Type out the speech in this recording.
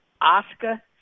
Oscar